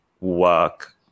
work